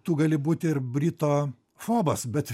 tu gali būti ir britofobas bet